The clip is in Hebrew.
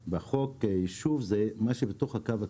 בחוק, יישוב זה מה שבתוך הקו הכחול.